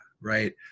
right